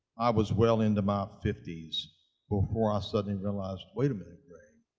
i was well into my fifty s before i suddenly realized, wait a minute,